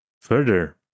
further